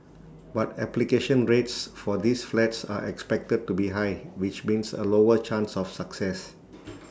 but application rates for these flats are expected to be high which means A lower chance of success